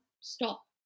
stop